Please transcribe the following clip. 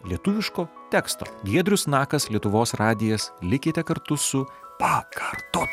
lietuviško teksto giedrius nakas lietuvos radijas likite kartu su pakartot